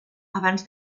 abans